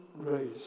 race